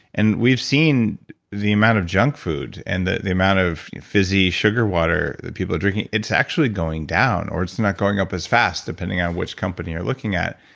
and we've seen the amount of junk food and the the amount of fizzy sugar water that people are drinking, it's actually going down, or it's not going up as fast, depending on which company you're looking at.